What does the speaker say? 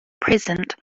present